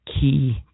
key